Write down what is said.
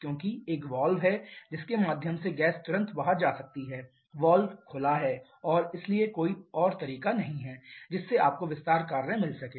क्योंकि एक वाल्व है जिसके माध्यम से गैस तुरंत बाहर जा सकती है वाल्व खुला है और इसलिए कोई तरीका नहीं है जिससे आपको विस्तार कार्य मिल सके